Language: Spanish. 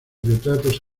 retratos